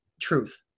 truth